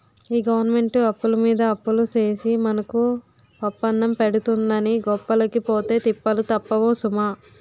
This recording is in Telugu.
ఈ గవరమెంటు అప్పులమీద అప్పులు సేసి మనకు పప్పన్నం పెడతందని గొప్పలకి పోతే తిప్పలు తప్పవు సుమా